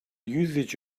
usage